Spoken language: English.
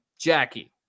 Jackie